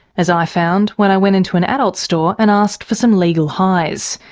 as i found when i went into an adult store and asked for some legal highs.